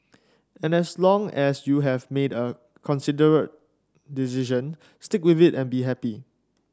and as long as you have made a considered decision stick with it and be happy